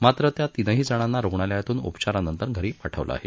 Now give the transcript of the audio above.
परंतु त्या तीनही जणांना रुग्णालयातून उपचारानंतर घरी पाठवलं आहे